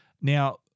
Now